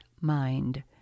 mind